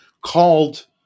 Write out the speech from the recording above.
called